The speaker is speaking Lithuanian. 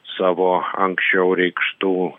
savo anksčiau reikštų